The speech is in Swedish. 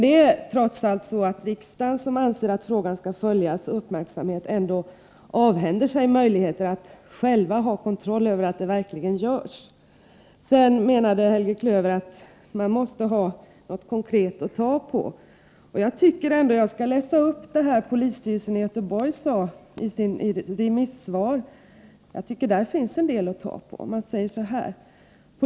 Trots allt är det ändå så att riksdagen, som anser att frågan skall följas med uppmärksamhet, avhänder sig möjligheten att själv ha kontroll över att så verkligen sker. Sedan menade Helge Klöver att man måste ha någonting konkret att ta på innan man gör en översyn. Jag vill därför redogöra för vad polisstyrelsen i Göteborg sade i sitt remissvar till justitieutskottet hösten 1962, för där finns det en del att ta på.